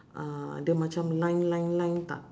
uh the macam line line line tak